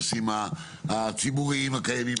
הנושאים הציבוריים הקיימים,